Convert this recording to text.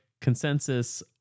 consensus